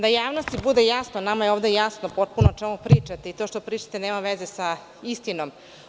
Da javnosti bude jasno, nama je ovde jasno o čemu pričate, i to što pričate nema veze sa istinom.